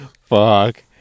Fuck